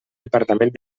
departament